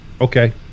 Okay